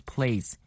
Place